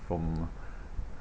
from